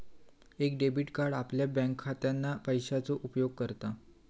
एक debit card आपल्या बँकखात्यातना पैशाचो उपयोग करता